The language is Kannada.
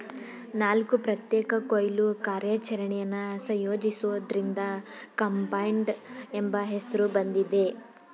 ನಾಲ್ಕು ಪ್ರತ್ಯೇಕ ಕೊಯ್ಲು ಕಾರ್ಯಾಚರಣೆನ ಸಂಯೋಜಿಸೋದ್ರಿಂದ ಕಂಬೈನ್ಡ್ ಎಂಬ ಹೆಸ್ರು ಬಂದಿದೆ